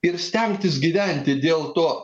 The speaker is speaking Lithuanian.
ir stengtis gyventi dėl to